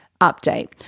update